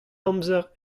amzer